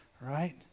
right